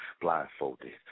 Blindfolded